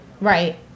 Right